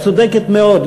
את צודקת מאוד,